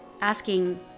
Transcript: asking